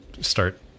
start